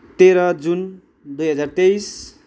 तेह्र जुन दुई हजार तेइस